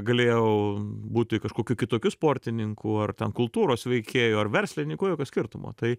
galėjau būti kažkokiu kitokiu sportininku ar kultūros veikėju ar verslininku jokio skirtumo tai